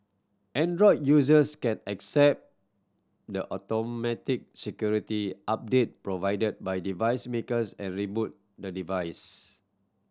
android users can accept the automatic security update provided by device makers and reboot the device